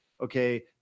okay